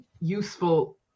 useful